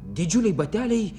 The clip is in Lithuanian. didžiuliai bateliai